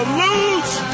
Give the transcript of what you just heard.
lose